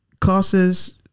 causes